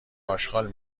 اشغال